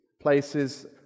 places